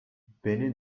beni